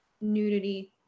nudity